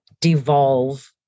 devolve